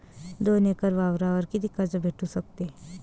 दोन एकर वावरावर कितीक कर्ज भेटू शकते?